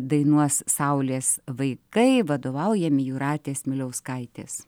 dainuos saulės vaikai vadovaujami jūratės miliauskaitės